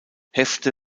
hefte